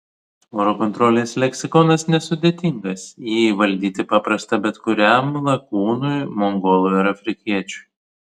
oro kontrolės leksikonas nesudėtingas jį įvaldyti paprasta bet kuriam lakūnui mongolui ar afrikiečiui